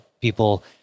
people